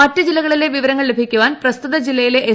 മറ്റ് ജില്ലകളിലെ വിവരങ്ങൾ ലഭിക്കുവാൻ പ്രസ്തുത ജില്ലയിലെ എസ്